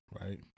right